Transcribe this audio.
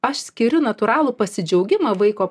aš skiriu natūralų pasidžiaugimą vaiko